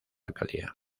alcaldía